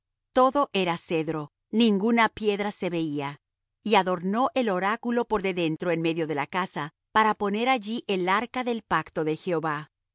todo era cedro ninguna piedra se veía y adornó el oráculo por de dentro en medio de la casa para poner allí el arca del pacto de jehová